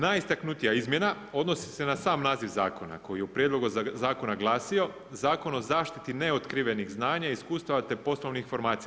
Najistaknutija izmjena odnosi se na sam naziv zakona koji je u prijedlogu zakona glasio Zakon o zaštiti neotkrivenih znanja i iskustava, te poslovnih informacija.